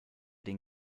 den